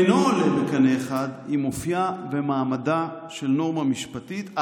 הוא אינו עולה בקנה אחד עם אופייה ומעמדה של נורמה משפטית,